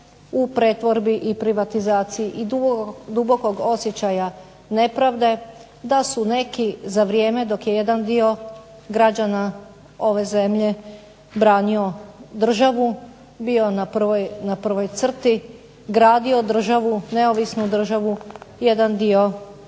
u pretvorbi i privatizaciji i dubokog osjećaja nepravde da su neki za vrijeme dok je jedan dio građana ove zemlje branio državu bio na prvoj crti, gradio državu, neovisnu državu, jedan dio